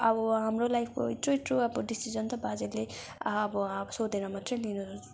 अब हाम्रो लाइफको इत्रु इत्रु अब डिसिजन् त बाजेले अब सोधेर मात्रै लिनु